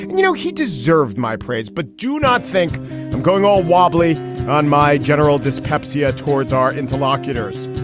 you know he deserved my praise. but do not think i'm going all wobbly on my general dyspepsia, towards our interlocutors.